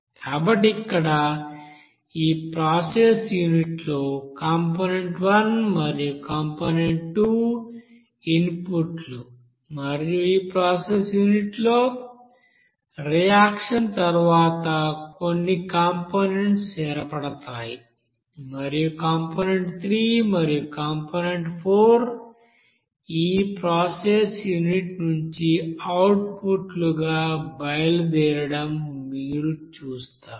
కాబట్టి ఇక్కడ ఈ ప్రాసెస్ యూనిట్లో కాంపోనెంట్ 1 మరియు కాంపోనెంట్ 2 ఇన్పుట్లు మరియు ఈ ప్రాసెస్ యూనిట్లో రియాక్షన్ తరువాత కొన్ని కంపోనెంట్స్ ఏర్పడతాయి మరియు కాంపోనెంట్ 3 మరియు కాంపోనెంట్ 4 ఈ ప్రాసెస్ యూనిట్ నుండి అవుట్పుట్లుగా బయలుదేరడం మీరు చూస్తారు